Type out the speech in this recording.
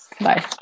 Bye